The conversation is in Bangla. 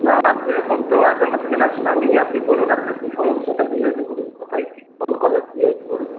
না সেরকম তো আজ আমার চেনাশোনা নেই আপনি বলুন আপনার কি সমস্যাটা কি আছে বলুন কোথায় কি কোন কলে কি হয়েছে বলুন